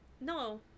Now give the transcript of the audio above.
No